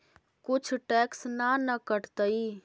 कुछ टैक्स ना न कटतइ?